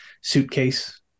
suitcase